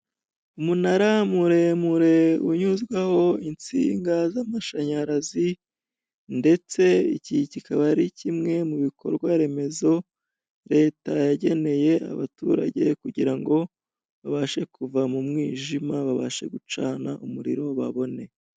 Umunara muremure unyuzwaho insinga z'amashanyarazi ndetse iki kikaba ari kimwe mu bikorwa remezo leta yageneye abaturage kugira ngo babashe kuva mu mwijima babashe gucana umuriro babone.